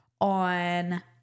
on